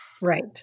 Right